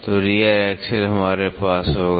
तो rear axle हमारे पास होगा